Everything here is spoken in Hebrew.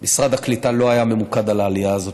משרד הקליטה לא היה ממוקד בעלייה הזאת,